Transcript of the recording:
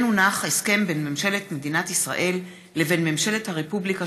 הסכם בין ממשלת מדינת ישראל לבין ממשלת הרפובליקה